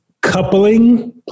coupling